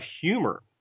humor